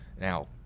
Now